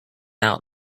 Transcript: out